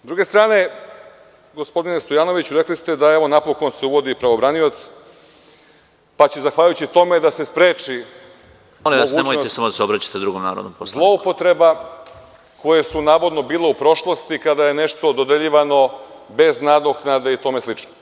S druge strane, gospodine Stojanoviću, rekli ste da, evo, napokon se uvodi prevobranioc, pa će zahvaljujući tome da se spreči mogućnost zloupotreba koje su navodno bile u prošlosti, kada je nešto dodeljivano bez nadoknade i tome slično.